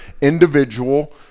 individual